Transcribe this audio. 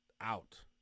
Out